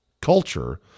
culture